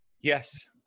Yes